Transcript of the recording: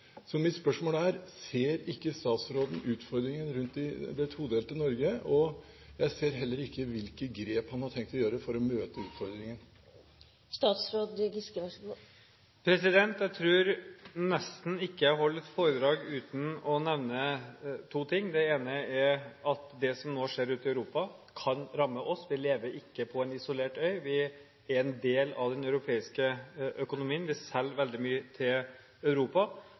Så mitt spørsmål er: Ser ikke statsråden utfordringen rundt det todelte Norge? Jeg ser heller ikke hvilke grep han har tenkt å gjøre for å møte utfordringen. Jeg tror nesten ikke jeg holder foredrag uten å nevne to ting: Det ene er at det som nå skjer ute i Europa, kan ramme oss. Vi lever ikke på en isolert øy, vi er en del av den europeiske økonomien. Vi selger veldig mye til Europa,